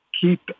keep